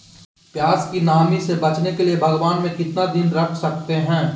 प्यास की नामी से बचने के लिए भगवान में कितना दिन रख सकते हैं?